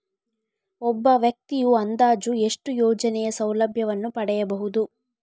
ಒಬ್ಬ ವ್ಯಕ್ತಿಯು ಅಂದಾಜು ಎಷ್ಟು ಯೋಜನೆಯ ಸೌಲಭ್ಯವನ್ನು ಪಡೆಯಬಹುದು?